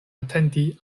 atenti